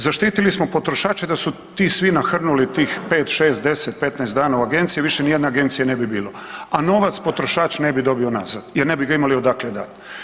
Zaštitili smo potrošače da su ti svi nahrnuli tih 5, 6, 10, 15 dana u agencije više ni jedne agencije ne bi bilo, a novac potrošač ne bi dobio nazad jer ne bi ga imali odakle dati.